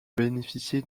bénéficié